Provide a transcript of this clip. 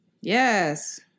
Yes